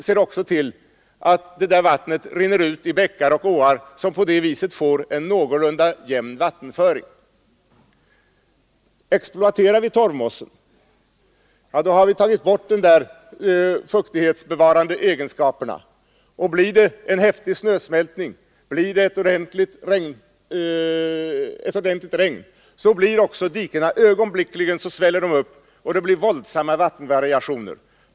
Vattnet rinner också ut i bäckar och åar, som på det sättet får en någorlunda jämn vattenföring. Exploaterar vi torvmossen, har vi tagit bort de fuktighetsbevarande egenskaperna. Blir det en häftig snösmältning eller ett ordentligt regn, sväller dikena ögonblickligen upp, och det blir våldsamma vattenvariationer.